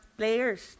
players